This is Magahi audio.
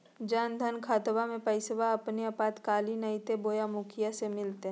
जन धन खाताबा में पैसबा अपने आपातकालीन आयते बोया मुखिया से मिलते?